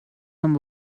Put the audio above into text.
some